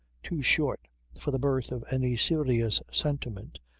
too short for the birth of any serious sentiment,